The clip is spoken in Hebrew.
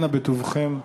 אנא בטובכם.